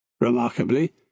Remarkably